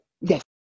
yes